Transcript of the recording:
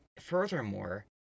furthermore